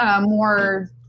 More